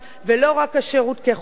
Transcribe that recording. ולא רק השירות כחובה.